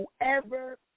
whoever